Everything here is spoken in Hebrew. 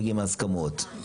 מגיעים להסכמות.